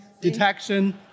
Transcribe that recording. detection